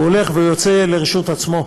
והוא הולך והוא יוצא לרשות עצמו.